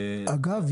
אגב,